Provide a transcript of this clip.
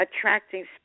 attracting